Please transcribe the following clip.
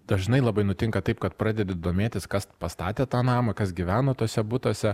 dažnai labai nutinka taip kad pradedi domėtis kas pastatė tą namą kas gyveno tuose butuose